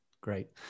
great